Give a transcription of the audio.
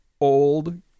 old